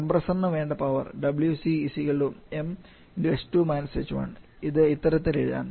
compressor ന് വേണ്ട power 𝑊𝐶 𝑚ℎ2 − ℎ1 ഇതിന് ഇത്തരത്തിൽ എഴുതാം